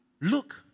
look